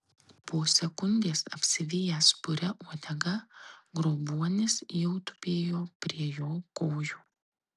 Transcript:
po sekundės apsivijęs puria uodega grobuonis jau tupėjo prie jo kojų